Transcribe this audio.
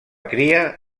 cria